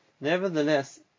Nevertheless